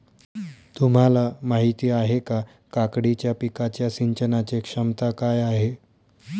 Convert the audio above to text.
तुम्हाला माहिती आहे का, काकडीच्या पिकाच्या सिंचनाचे क्षमता काय आहे?